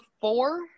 four